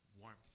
warmth